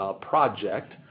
project